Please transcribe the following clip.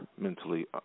mentally